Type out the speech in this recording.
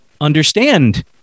understand